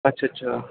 ਅੱਛਾ ਅੱਛਾ